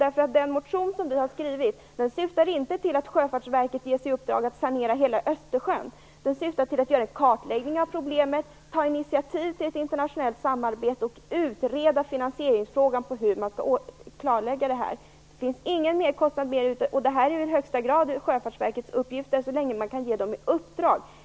Den motion som vi har skrivit syftar inte till att Sjöfartsverket ges i uppdrag att sanera hela Östersjön utan till att det skall göra en kartläggning av problemet, ta ett initiativ till ett internationellt samarbete och utreda finansieringsfrågan i detta sammanhang. Det finns ingen merkostnad i detta. Det gäller också i högsta grad Sjöfartsverkets uppgifter så långt man kan ge det ett uppdrag.